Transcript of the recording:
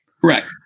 Correct